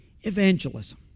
evangelism